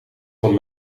van